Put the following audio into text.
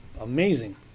amazing